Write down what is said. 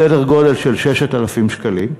סדר גודל של 6,000 שקלים.